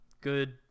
good